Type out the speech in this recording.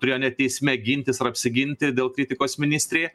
turėjo net teisme gintis ar apsiginti dėl kritikos ministrei